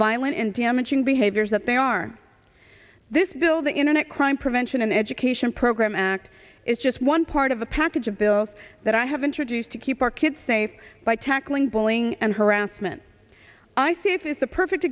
violent and damaging behaviors that they are this bill the internet crime prevention and education program act is just one part of a package of bills that i have introduced to keep our kids safe by tackling bullying and harassment i see it is the perfect